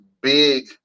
big